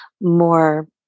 more